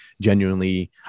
genuinely